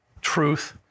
truth